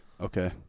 Okay